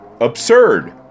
Absurd